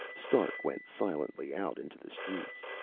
stark went silently out into the streets,